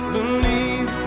Believe